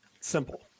Simple